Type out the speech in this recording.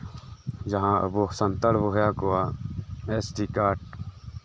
ᱡᱟᱸᱦᱟ ᱟᱵᱚ ᱥᱟᱱᱛᱟᱲ ᱵᱚᱭᱦᱟ ᱠᱚᱣᱟᱜ ᱮᱥ ᱴᱤ ᱠᱟᱨᱰ